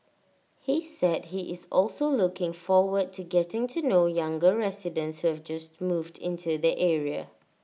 he said he is also looking forward to getting to know younger residents who have just moved into the area